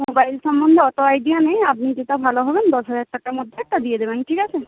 mobile সম্বন্ধে অত idea নেই আপনি যেটা ভালো হবে দশ হাজার টাকার মধ্যে একটা দিয়ে দেবেন ঠিক আছে